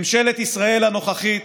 ממשלת ישראל הנוכחית